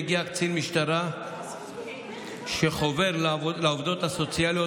מגיע קצין משטרה וחובר לעובדות הסוציאליות,